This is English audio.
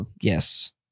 Yes